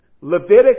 Leviticus